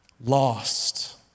lost